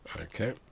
Okay